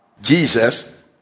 jesus